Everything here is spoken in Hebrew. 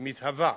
היא מתהווה.